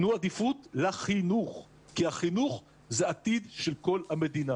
תנו עדיפות לחינוך כי החינוך זה העתיד של כל המדינה.